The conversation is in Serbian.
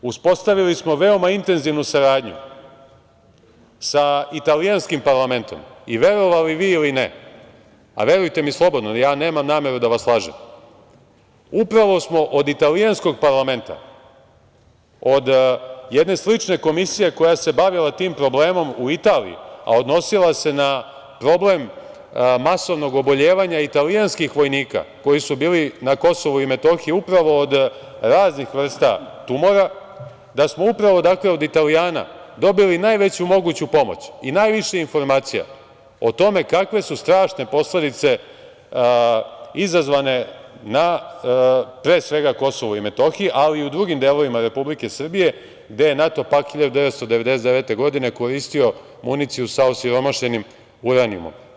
Uspostavili smo veoma intenzivnu saradnju sa italijanskim parlamentom, i verovali vi ili ne, a verujte mi slobodno, jer ja nemam nameru da vas lažem, upravo smo od italijanskog parlamenta, od jedne slične komisije koja se bavila tim problemom u Italiji, a odnosila se na problem masovnog oboljevanja italijanskih vojnika koji su bili na Kosovu i Metohiji upravo od raznih vrsta tumora, da smo upravo od Italijana dobili najveću moguću pomoć i najviše informacija o tome kakve su strašne posledice izazvane na, pre svega, KiM, ali i u drugim delovima Republike Srbije, gde je NATO pakt 1999. godine, koristio municiju sa osiromašenim uranijumom.